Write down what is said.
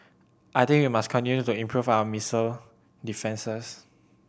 I think we must continue to improve our missile defences